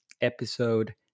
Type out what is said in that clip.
episode